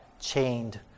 chained